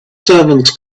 servants